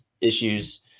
issues